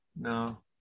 no